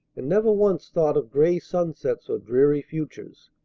and never once thought of gray sunsets or dreary futures.